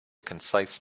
concise